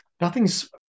Nothing's